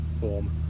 form